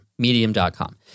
Medium.com